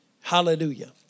Hallelujah